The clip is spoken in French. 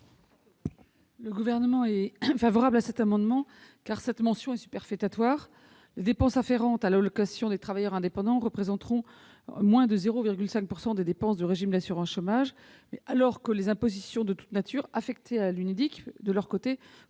Le Gouvernement est favorable à cet amendement, car cette mention est superfétatoire. Les dépenses afférentes à l'allocation des travailleurs indépendants, l'ATI, représenteront moins de 0,5 % des dépenses du régime d'assurance chômage alors que les impositions de toutes natures affectées à l'UNEDIC représenteront